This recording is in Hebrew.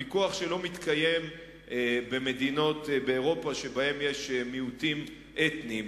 ויכוח שלא מתקיים במדינות באירופה שבהן יש מיעוטים אתניים,